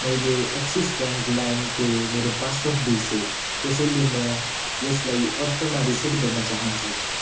मैले Axis bank लाइमको मेरो पास वर्ड बिर्सेँ त्यसैले म यसलाई अर्कोमा रिसेट गर्न चाहन्छु